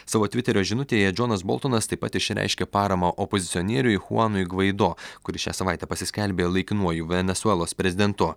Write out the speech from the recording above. savo tviterio žinutėje džonas boltonas taip pat išreiškė paramą opozicionieriui chuanui gvaido kuris šią savaitę pasiskelbė laikinuoju venesuelos prezidentu